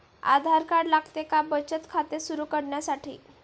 आधार card लागते का बचत खाते सुरू करण्यासाठी?